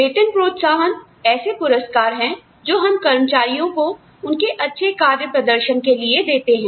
वेतन प्रोत्साहन ऐसे पुरस्कार हैं जो हम कर्मचारियों को उनके अच्छे कार्य प्रदर्शन के लिए देते हैं